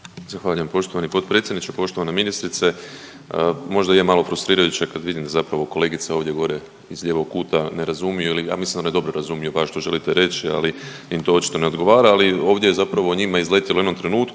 Zahvaljujem poštovani potpredsjedniče. Poštovana ministrice možda i je malo frustrirajuće kad vidim zapravo kolegice ovdje gore iz lijevog kuta ne razumiju ili ja mislim da one dobro razumiju vas što želite reći ali im to očito ne odgovara, ali ovdje je zapravo njima izletilo u jednom trenutku